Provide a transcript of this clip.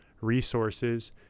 resources